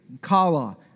Kala